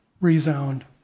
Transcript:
resound